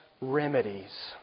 remedies